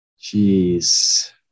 Jeez